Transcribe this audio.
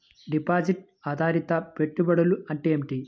Deposit ఆధారిత పెట్టుబడులు అంటే ఏమిటి?